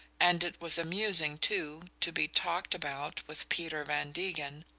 and it was amusing, too, to be talked about with peter van degen,